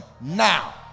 now